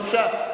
בבקשה,